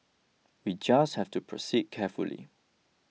we just have to proceed carefully